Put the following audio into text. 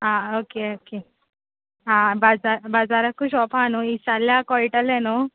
आं okay okay हां बाजा बाजाराकू शॉप आसा न्हय इचाल्ल्या कॉयटलें न्हय